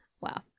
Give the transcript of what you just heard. Wow